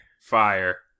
fire